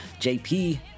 jp